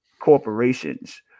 corporations